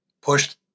pushed